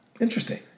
interesting